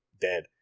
dead